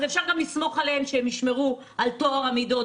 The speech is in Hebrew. אז אפשר גם לסמוך עליהם שהם ישמרו על טוהר המידות,